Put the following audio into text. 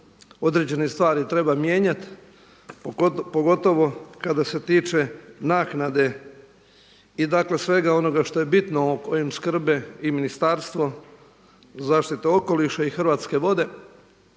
određene stvari treba mijenjati pogotovo kada se tiče naknade i dakle svega onoga što je bitno o kojem skrbe i Ministarstvo zaštite okoliša i Hrvatske vode.